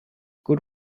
good